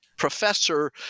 professor